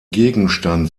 gegenstand